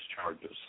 charges